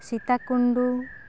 Sita Kund